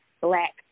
black